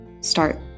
start